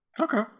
Okay